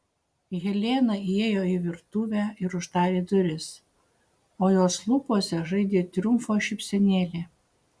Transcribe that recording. helena įėjo į virtuvę ir uždarė duris o jos lūpose žaidė triumfo šypsenėlė